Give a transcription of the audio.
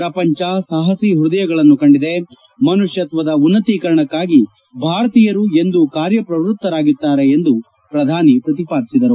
ಪ್ರಪಂಚ ಸಾಹಸೀ ಪ್ಯದಯಗಳನ್ನು ಕಂಡಿದೆ ಮನಷ್ಟತ್ತದ ಉನ್ನತೀಕರಣಕಾಗಿ ಭಾರತೀಯರು ಎಂದೂ ಕಾರ್ಯಪ್ರವೃತ್ತರಾಗಿರುತ್ತಾರೆ ಎಂದು ಪ್ರಧಾನಿ ಪ್ರತಿಪಾದಿಸಿದರು